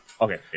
Okay